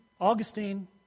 Augustine